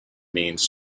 means